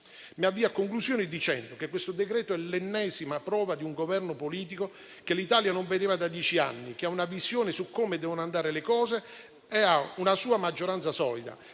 Mi avvio alla conclusione, dicendo che il decreto-legge in discussione è l'ennesima prova di un Governo politico che l'Italia non vedeva da dieci anni, che ha una visione su come devono andare le cose e ha una sua maggioranza solida.